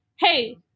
hey